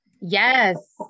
Yes